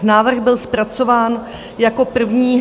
Návrh byl zpracován jako první...